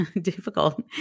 difficult